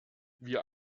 wir